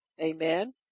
Amen